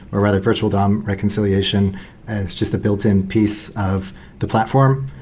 or rather virtual dom reconciliation and it's just a built-in piece of the platform,